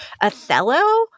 Othello